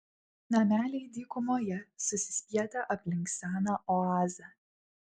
nameliai dykumoje susispietę aplink seną oazę